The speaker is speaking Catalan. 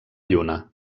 lluna